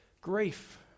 Grief